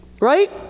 right